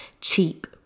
cheap